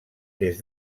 des